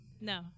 no